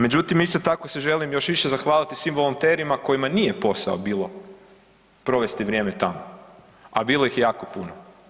Međutim, isto tako se želim još više zahvaliti svim volonterima kojima nije posao bilo provesti vrijeme tamo, a bilo ih je jako puno.